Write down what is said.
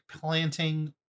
planting